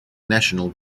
national